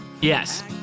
Yes